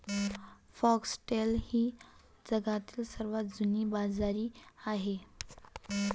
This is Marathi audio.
फॉक्सटेल ही जगातील सर्वात जुनी बाजरी आहे